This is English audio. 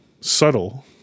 subtle